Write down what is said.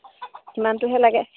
সিমানটোহে লাগে